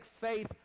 faith